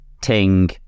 Ting